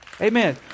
Amen